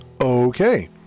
okay